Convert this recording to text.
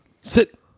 Sit